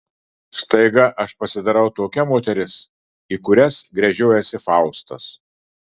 staiga aš pasidarau tokia moteris į kurias gręžiojasi faustas